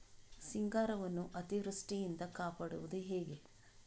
ಸಿಂಗಾರವನ್ನು ಅತೀವೃಷ್ಟಿಯಿಂದ ಕಾಪಾಡುವುದು ಹೇಗೆ?